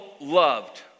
loved